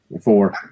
Four